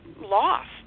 lost